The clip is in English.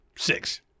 Six